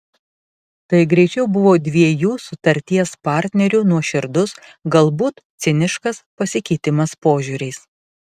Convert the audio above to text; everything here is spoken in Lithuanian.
tai greičiau buvo dviejų sutarties partnerių nuoširdus galbūt ciniškas pasikeitimas požiūriais